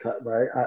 Right